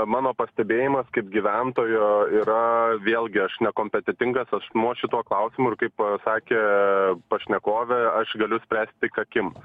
mano pastebėjimas kaip gyventojo yra vėlgi aš nekompetentingas asmuo šituo klausimu ir kaip sakė pašnekovė aš galiu spręst tik akim